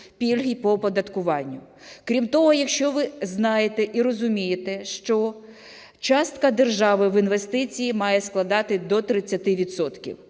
пільги по оподаткуванню. Крім того, якщо ви знаєте і розумієте, що частка держави в інвестиції має складати до 30